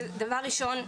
דבר ראשון,